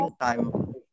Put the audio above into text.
time